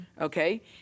Okay